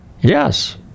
Yes